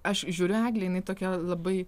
aš žiūriu į eglę jinai tokia labai